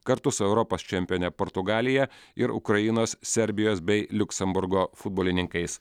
kartu su europos čempione portugalija ir ukrainos serbijos bei liuksemburgo futbolininkais